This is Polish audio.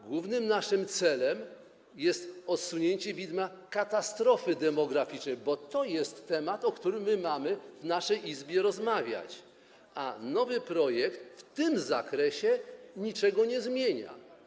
Głównym naszym celem jest odsunięcie widma katastrofy demograficznej, bo to jest temat, o którym mamy w naszej Izbie rozmawiać, a nowy projekt w tym zakresie niczego nie zmienia.